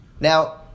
Now